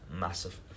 Massive